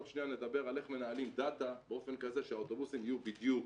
עוד שניה נדבר על איך מנהלים דאטה באופן כזה שהאוטובוסים יהיו בדיוק.